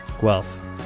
Guelph